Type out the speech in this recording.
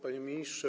Panie Ministrze!